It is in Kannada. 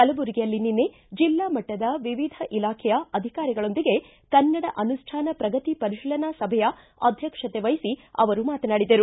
ಕಲಬುರಗಿಯಲ್ಲಿ ನಿಷ್ಣ ಜಿಲ್ಲಾ ಮಟ್ಟದ ವಿವಿಧ ಇಲಾಖೆಯ ಅಧಿಕಾರಿಗಳೊಂದಿಗೆ ಕನ್ನಡ ಅನುಷ್ಠಾನ ಪ್ರಗತಿ ಪರಿಶೀಲನಾ ಸಭೆಯ ಅಧ್ಯಕ್ಷತೆ ವಹಿಸಿ ಅವರು ಮಾತನಾಡಿದರು